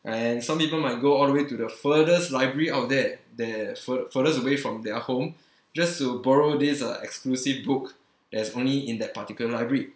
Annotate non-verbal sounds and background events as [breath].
and some people might go all the way to the furthest library of that that fur~ furthest away from their home [breath] just to borrow this uh exclusive book that's only in that particular library